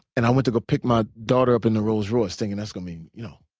and i went to go pick my daughter up in the rolls royce thinking that's gonna be you know,